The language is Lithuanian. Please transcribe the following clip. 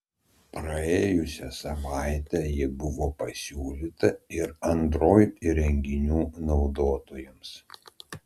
praėjusią savaitę ji buvo pasiūlyta ir android įrenginių naudotojams